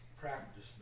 practice